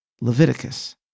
Leviticus